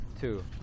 two